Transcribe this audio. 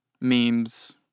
Memes